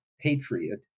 patriot